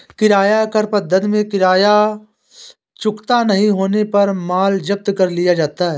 किराया क्रय पद्धति में किराया चुकता नहीं होने पर माल जब्त कर लिया जाता है